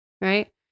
right